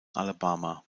alabama